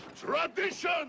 tradition